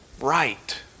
right